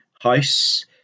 house